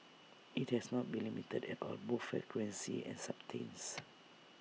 IT has not been limited at all both frequency and substance